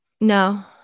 No